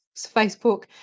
Facebook